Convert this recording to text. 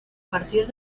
partir